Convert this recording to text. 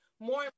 More